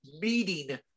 meeting